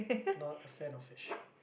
not a fan of fish